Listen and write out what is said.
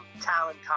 talent